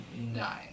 nine